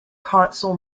consul